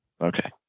Okay